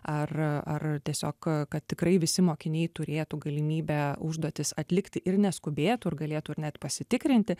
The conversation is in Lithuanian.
ar ar tiesiog tikrai visi mokiniai turėtų galimybę užduotis atlikti ir neskubėtų ir galėtų ir net pasitikrinti